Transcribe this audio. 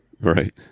Right